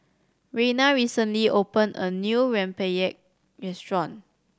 Reyna recently opened a new rempeyek restaurant